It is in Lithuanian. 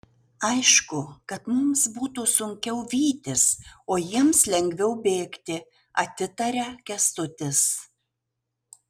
aišku kad mums būtų sunkiau vytis o jiems lengviau bėgti atitaria kęstutis